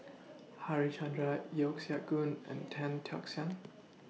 Harichandra Yeo Siak Goon and Tan Tock San